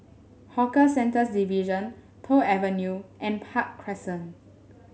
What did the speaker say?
Hawker Centres Division Toh Avenue and Park Crescent